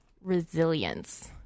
resilience